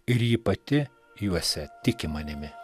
ir ji pati juose tiki manimi